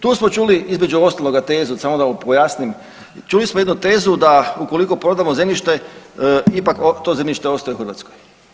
Tu smo čuli između ostaloga tezu samo da vam pojasnim čuli smo jednu tezu da ukoliko prodamo zemljište ipak to zemljište ostaje u Hrvatskoj.